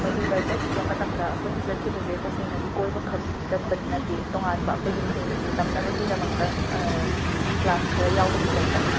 ꯃꯗꯨꯗ ꯆꯠꯈꯤꯕ ꯃꯇꯝꯗ ꯑꯩꯈꯣꯏꯅ ꯆꯠꯈꯤꯕꯁꯦ ꯇꯁꯦꯡꯅꯗꯤ ꯀꯣꯏꯕꯈꯛ ꯆꯠꯄ ꯅꯠꯇꯦ ꯇꯣꯉꯥꯟꯕ ꯑꯩꯈꯣꯏꯒꯤ ꯃꯍꯩ ꯃꯁꯤꯡ ꯇꯝꯅꯕꯒꯤꯗꯃꯛꯇ ꯀ꯭ꯂꯥꯁ ꯈꯔ ꯌꯥꯎꯕꯒꯤ ꯆꯠꯄꯅꯦ